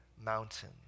mountain